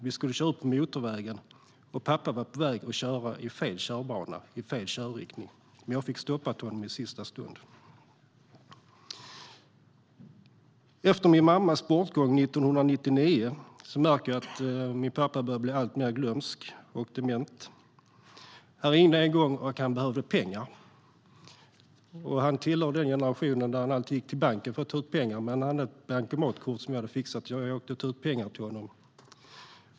Vi skulle köra upp på motorvägen, och pappa var på väg att köra ut i fel körbana - i fel körriktning. Jag fick stoppa honom i sista stund. Efter min mammas bortgång 1999 märkte jag att min pappa började bli alltmer glömsk och dement. Han ringde en gång och sa att han behövde pengar. Han tillhör den generation som gick till banken för att ta ut pengar. Men han hade ett bankomatkort som jag hade fixat, och jag åkte och tog ut pengar till honom.